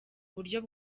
buryo